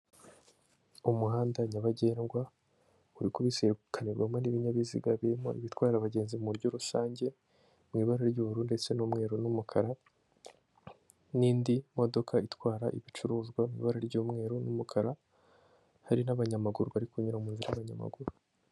Umuhanda nyabagendwa, uri kubisikanirwamo n'ibinyabiziga birimo ibitwara abagenzi mu buryo rusange, mu ibara ry'ubururu ndetse n'umweru n'umukara, n'indi modoka itwara ibicuruzwa mu ibara ry'umweru n'umukara, hari n'abanyamaguru bari kunyura mu nzira z'abanyamaguru.